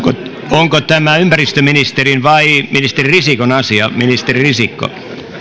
onko tämä ympäristöministerin vai ministeri risikon asia ministeri risikko